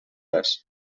res